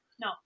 No